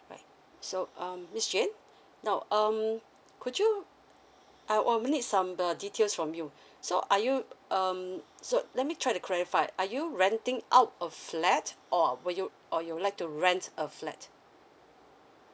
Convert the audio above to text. right so um miss jane now um could you I or we need some the details from you so are you um so let me try to clarify are you renting out a flat or will you or you like to rent a flat